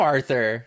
Arthur